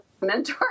mentor